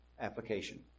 application